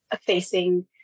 facing